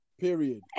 period